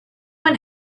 and